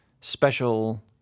special